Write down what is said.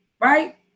right